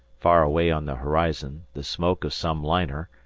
far away on the horizon, the smoke of some liner,